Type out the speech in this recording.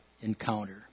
encounter